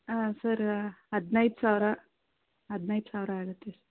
ಸರ ಹದಿನೈದು ಸಾವಿರ ಹದಿನೈದು ಸಾವಿರ ಆಗತ್ತೆ